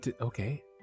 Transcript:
okay